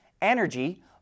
energy